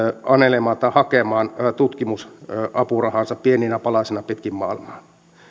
hakemaan tutkimusapurahansa pieninä palasina pitkin maailmaa